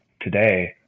today